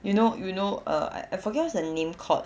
you know you know uh I I forget what's the name called